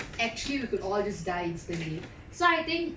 actually we could all just die instantly so I think